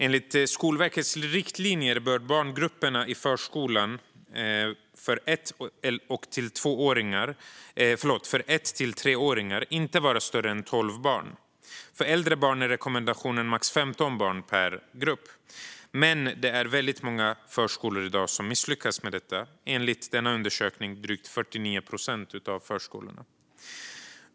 Enligt Skolverkets riktlinjer bör barngrupperna i förskolan för ett till treåringar inte vara större än tolv barn. För äldre barn är rekommendationen max femton barn per grupp, men det är många förskolor i dag som misslyckas med detta - 49 procent, enligt en undersökning.